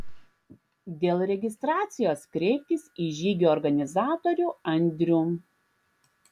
dėl registracijos kreiptis į žygio organizatorių andrių